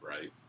right